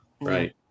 Right